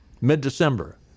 mid-December